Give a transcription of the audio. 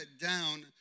down